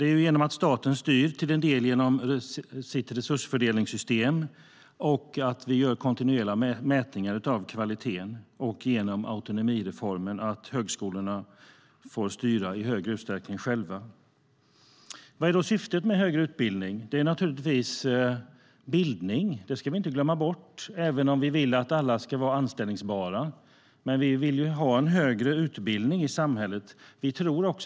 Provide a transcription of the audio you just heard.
Jo, det är genom att staten till en del styr via sitt resursfördelningssystem, att vi gör kontinuerliga mätningar av kvaliteten och med hjälp av autonomireformen, det vill säga att högskolorna i högre utsträckning får styra sig själva. Vad är syftet med högre utbildning? Det är naturligtvis bildning. Det ska vi inte glömma bort, även om vi vill att alla ska vara anställbara. Men vi vill ha en högre utbildning i samhället.